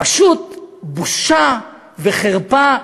פשוט בושה וחרפה.